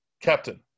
Captain